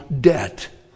debt